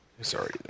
Sorry